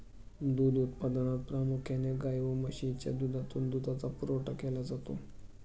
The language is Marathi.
दूध उत्पादनात प्रामुख्याने गाय व म्हशीच्या दुधातून दुधाचा पुरवठा केला जातो